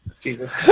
Jesus